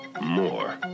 more